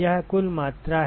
यह कुल मात्रा है